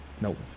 Nope